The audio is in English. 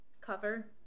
cover